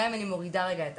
גם אם אני מורידה רגע את